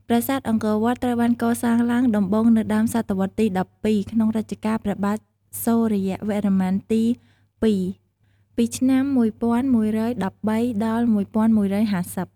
ប្រាសាទអង្គរវត្ត ត្រូវបានកសាងឡើងដំបូងនៅដើមសតវត្សរ៍ទី១២ ក្នុងរជ្ជកាលព្រះបាទសូរ្យវរ្ម័នទី២ ពីឆ្នាំ ១១១៣ ដល់ ១១៥០។